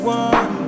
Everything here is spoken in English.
one